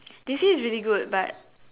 they say it's really good but